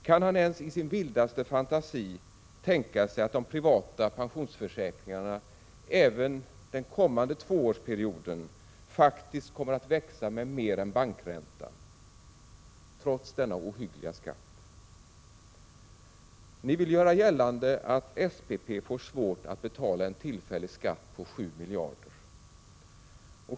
Kan han ens i sin vildaste fantasi tänka sig att de privata pensionsförsäkringarna även den kommande tvåårsperioden faktiskt kommer att växa med mer än bankräntan, trots denna ”ohyggliga” skatt? Ni vill göra gällande att SPP får svårt att betala en tillfällig skatt på 7 miljarder.